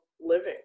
living